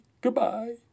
Goodbye